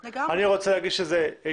ואמר שהוא רוצה להגיש ידנית,